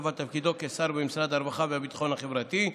לתפקידו כשר במשרד הרווחה והביטחון החברתי,